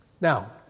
Now